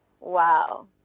wow